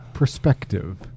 perspective